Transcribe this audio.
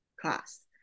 class